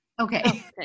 Okay